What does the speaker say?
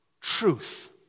truth